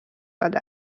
داده